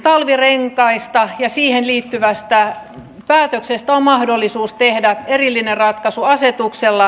talvirenkaista ja siihen liittyvästä päätöksestä on mahdollisuus tehdä erillinen ratkaisu asetuksella